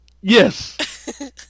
Yes